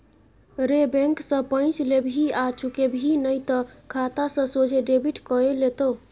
रे बैंक सँ पैंच लेबिही आ चुकेबिही नहि तए खाता सँ सोझे डेबिट कए लेतौ